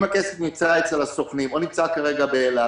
אם הכסף נמצא אצל הסוכנים או נמצא כרגע באל-על,